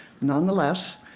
Nonetheless